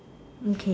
okay